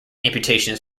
amputation